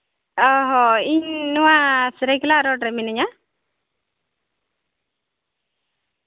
ᱚ ᱦᱚᱸ ᱤᱧ ᱱᱚᱣᱟ ᱥᱩᱨᱟᱹᱭᱠᱮᱞᱞᱟ ᱨᱳᱰ ᱨᱮ ᱢᱤᱱᱟᱹᱧᱟ